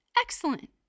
excellent